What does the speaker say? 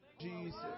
Jesus